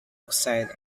oxide